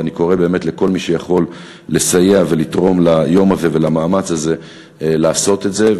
ואני קורא לכל מי שיכול לסייע ולתרום ליום הזה ולמאמץ הזה לעשות זאת.